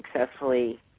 successfully